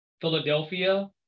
Philadelphia